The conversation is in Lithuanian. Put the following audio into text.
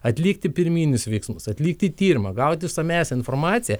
atlikti pirminius veiksmus atlikti tyrimą gauti išsamesnę informaciją